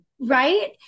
Right